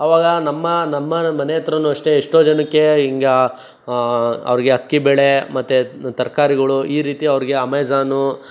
ಆವಾಗ ನಮ್ಮ ನಮ್ಮ ಮನೆ ಹತ್ತಿರನು ಅಷ್ಟೇ ಎಷ್ಟೋ ಜನಕ್ಕೆ ಹೀಗೆ ಅವರಿಗೆ ಅಕ್ಕಿ ಬೇಳೆ ಮತ್ತು ತರ್ಕಾರಿಗಳು ಈ ರೀತಿ ಅವರಿಗೆ ಅಮೇಝಾನು